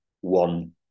one